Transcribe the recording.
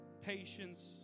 Patience